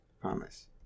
Promise